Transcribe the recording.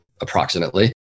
approximately